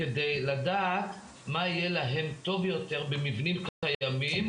כדי לדעת מה יהיה להם טוב יותר במבנים קיימים,